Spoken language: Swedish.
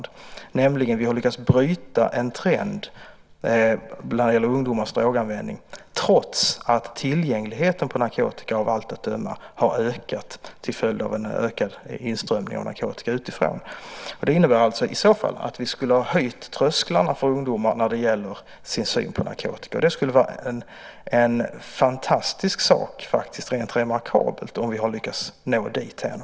Då har vi nämligen lyckats bryta en trend när det gäller ungdomars droganvändning trots att tillgängligheten av narkotika av allt att döma har ökat till följd av större inströmning av narkotika utifrån. Det innebär i så fall att vi skulle ha höjt trösklarna för ungdomar när det gäller deras syn på narkotika. Det skulle vara en fantastisk sak, faktiskt rent remarkabelt, om vi har lyckats nå dithän.